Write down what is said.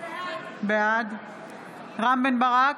בעד רם בן ברק,